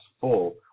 full